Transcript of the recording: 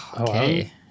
okay